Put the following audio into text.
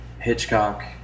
Hitchcock